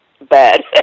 Bad